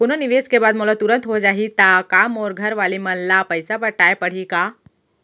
कोनो निवेश के बाद मोला तुरंत हो जाही ता का मोर घरवाले मन ला पइसा पटाय पड़ही का?